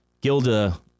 Gilda